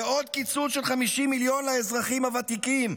ועוד קיצוץ של 50 מיליון לאזרחים הוותיקים,